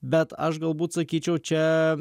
bet aš galbūt sakyčiau čia